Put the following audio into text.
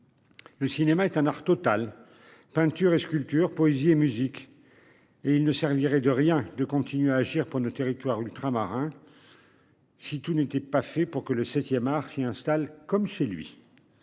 Le cinéma est un art total. Peintures et sculptures poésie et musique. Et il ne servirait de rien de continuer à agir pour nos territoires ultramarins. Si tout n'était pas fait pour que le 7ème art qui installe comme chez lui.